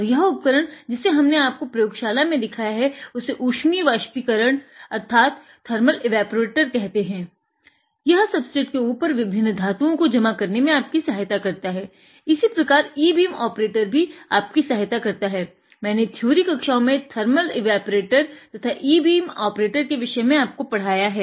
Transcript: और यह उपकरण जिसे हमने आपको प्रयोगशाला में दिखाया है उसे उष्मीय वाष्पीकरण अर्थात थर्मल एवेपोरेटर के विषय में आपको पढ़ाया है